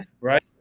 right